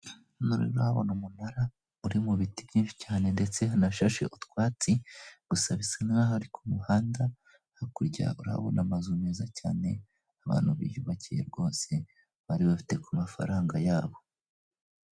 Hano rero urahabona umunara uri mu biti byinshi cyane ndetse hanashashe utwatsi, gusa bisa naho ari ku muhanda, hakurya urabona amazu meza cyane abantu biyubakiye rwose bari bafite ku mafaranga yabo.